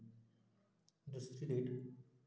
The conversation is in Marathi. दुसरी डेट